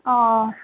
ও